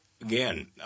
Again